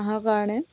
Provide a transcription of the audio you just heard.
হাঁহৰ কাৰণে